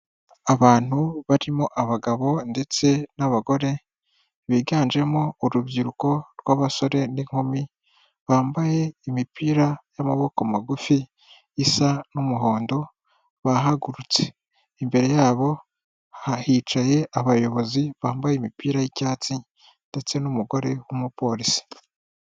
Abantu barimo abagabo ndetse n'abagore, biganjemo urubyiruko rw'abasore n'inkumi bambaye imipira y'amaboko magufi isa n'umuhondo bahagurutse, imbere yabo hicaye abayobozi bambaye imipira y'icyatsi ndetse n'umugore w'umupolisi.